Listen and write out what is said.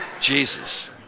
Jesus